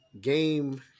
game